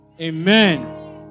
Amen